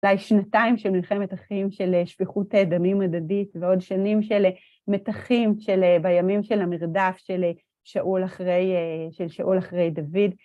אולי שנתיים של מלחמת החיים של שפיכות דמים הדדית ועוד שנים של מתחים בימים של המרדף של שאול אחרי דוד.